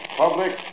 public